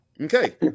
Okay